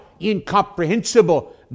incomprehensible